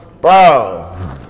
Bro